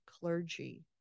clergy –